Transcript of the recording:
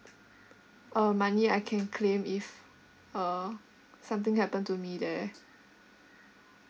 uh money I can claim if uh something happen to me there